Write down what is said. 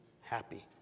happy